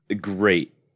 Great